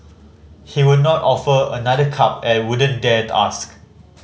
he would not offer another cup and wouldn't dare ask